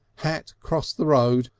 hat across the road,